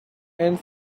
and